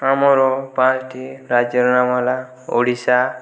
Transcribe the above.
ଆମର ପାଞ୍ଚଟି ରାଜ୍ୟର ନାମ ହେଲା ଓଡ଼ିଶା